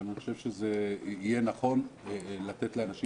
אבל אני חושב שזה יהיה נכון לתת לאנשים